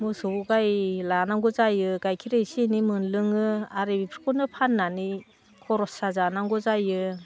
मोसौ गाइ लानांगौ जायो गाइखेर एसे एनै मोनलोङो आरो बेफोरखौनो फाननानै खरसा जानांगौ जायो